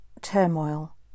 turmoil